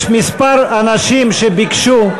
יש כמה אנשים שביקשו,